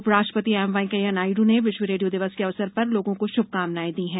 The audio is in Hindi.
उपराष्ट्रपति एम वेंकैया नायडू ने विश्व रेडियो दिवस के अवसर पर लोगों को शुभकामनाएं दी हैं